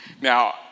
Now